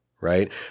right